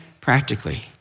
practically